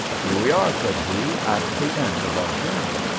here we are, said he, at the end of our journey.